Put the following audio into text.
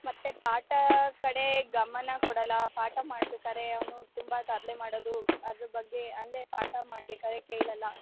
ಮತ್ತು ಪಾಠ ಕಡೆ ಗಮನ ಕೊಡೋಲ್ಲ ಪಾಠ ಮಾಡ್ಬೇಕಾದ್ರೆ ಅವನು ತುಂಬ ತರಲೆ ಮಾಡೋದು ಅದ್ರ ಬಗ್ಗೆ ಅಂದರೆ ಪಾಠ ಮಾಡ್ಬೇಕಾದ್ರೆ ಕೇಳೋಲ್ಲ